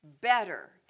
better